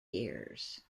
years